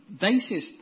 basis